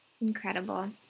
Incredible